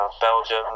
Belgium